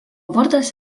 vardas